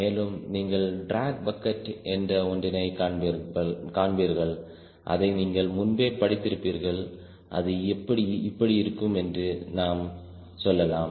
மேலும் நீங்கள் track bucket என்ற ஒன்றினை காண்பீர்கள் அதை நீங்கள் முன்பே படித்திருப்பீர்கள் அது இப்படி இருக்கும் என்று நாம் சொல்லலாம்